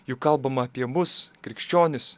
juk kalbama apie mus krikščionis